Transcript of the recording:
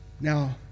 Now